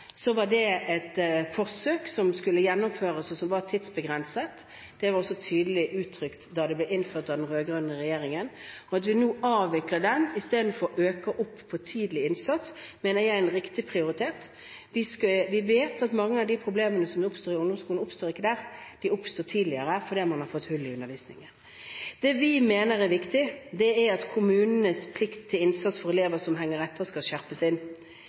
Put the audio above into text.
var det et forsøk som skulle gjennomføres, og som var tidsbegrenset. Det var også tydelig uttrykt da det ble innført av den rød-grønne regjeringen. At vi nå avvikler det og i stedet øker på tidlig innsats, mener jeg er en riktig prioritering. Vi vet at mange av de problemene som oppstår i ungdomsskolen, oppstår ikke der. De oppstår tidligere fordi man har hull i undervisningen. Det vi mener er viktig, er at kommunenes plikt til innsats for elever som henger etter, skal skjerpes inn.